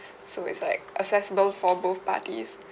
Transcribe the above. so it's like assessable for both parties